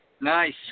Nice